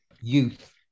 youth